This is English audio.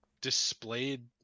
displayed